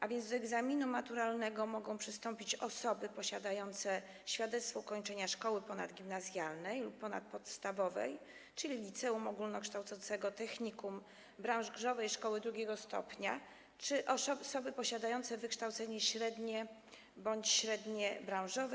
A więc do egzaminu maturalnego mogą przystąpić osoby posiadające świadectwo ukończenia szkoły ponadgimnazjalnej lub ponadpodstawowej, czyli liceum ogólnokształcącego, technikum, branżowej szkoły II stopnia, a więc osoby posiadające wykształcenie średnie bądź średnie branżowe.